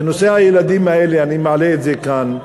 בנושא הילדים האלה אני מעלה את זה כאן.